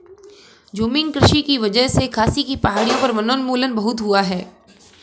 झूमिंग कृषि की वजह से खासी की पहाड़ियों पर वनोन्मूलन बहुत हुआ है